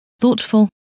thoughtful